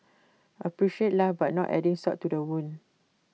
appreciate life but not adding salt to the wound